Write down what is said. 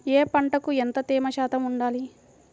ఏ పంటకు ఎంత తేమ శాతం ఉండాలి?